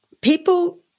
people